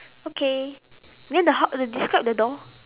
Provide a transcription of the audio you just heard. okay then the how describe the door